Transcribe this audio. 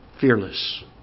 fearless